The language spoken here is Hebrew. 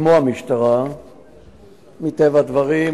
כמו המשטרה מטבע הדברים,